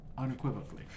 Unequivocally